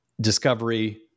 discovery